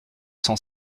cent